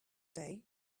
day